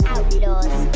Outlaws